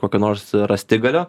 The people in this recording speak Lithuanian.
kokio nors rąstigalio